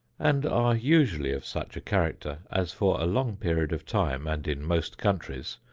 and are usually of such a character as for a long period of time, and in most countries,